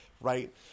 right